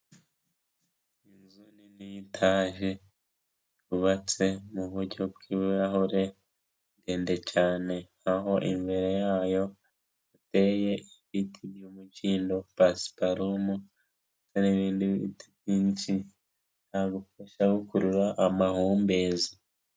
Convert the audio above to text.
Inzu nini yitaje yubatse mu buryo bw'ibirahure ndende cyane aho imbere yayo hateye ibiti by'umukindo pasiparumu ndetse n'ibindi biti byinshi byagufasha gukurura amahumbezi.